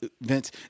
Vince